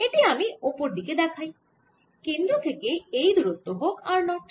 এটি আমি ওপর দিকে দেখাই কেন্দ্র থেকে এই দূরত্ব হোক r 0